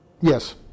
Yes